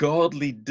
Godly